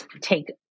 take